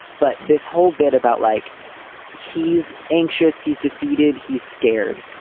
but this whole bit about like he's anxious, he's defeated, he's scared.